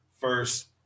first